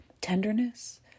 tenderness